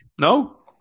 No